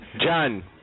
John